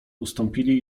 ustąpili